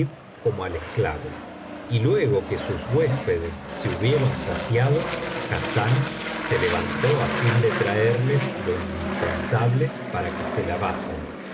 como al esclavo y luego que sus huéspedes se hubieron saciado hassán se levantó á fin de traerles lo indispensable para que se lavasen